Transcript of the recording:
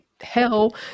hell